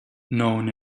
known